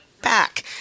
back